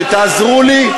שתעזרו לי,